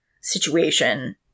situation